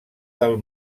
del